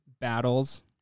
battles